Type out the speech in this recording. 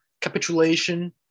capitulation